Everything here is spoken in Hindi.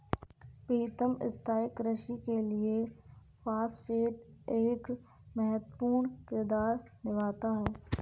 प्रीतम स्थाई कृषि के लिए फास्फेट एक महत्वपूर्ण किरदार निभाता है